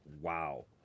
wow